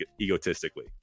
egotistically